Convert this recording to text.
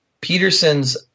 Peterson's